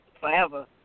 forever